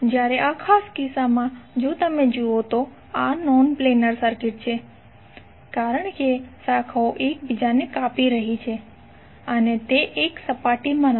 જ્યારે આ ખાસ કિસ્સામાં જો તમે જુઓ તો આ નોન પ્લેનર સર્કિટ છે કારણ કે શાખાઓ એકબીજાને કાપી રહી છે અને તે એક સપાટી માં નથી